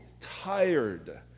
tired